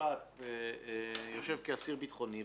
שנשפט יושב כאסיר ביטחוני,